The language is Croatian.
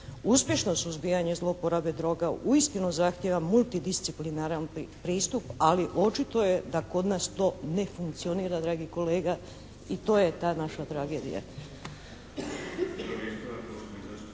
uspješno suzbijanje zloporabe droga uistinu zahtjeva multidisciplinaran pristup, ali očito je da kod nas to ne funkcionira dragi kolega i to je ta naša tragedija.